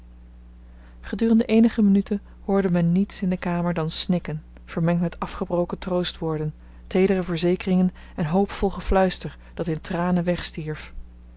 gedurende eenige minuten hoorde men niets in de kamer dan snikken vermengd met afgebroken troostwoorden teedere verzekeringen en hoopvol gefluister dat in tranen wegstierf